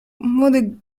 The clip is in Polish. młody